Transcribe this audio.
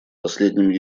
последним